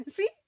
See